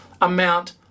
amount